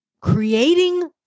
creating